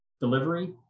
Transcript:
delivery